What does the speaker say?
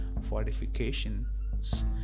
fortifications